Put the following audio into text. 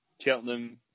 Cheltenham